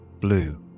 blue